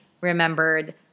remembered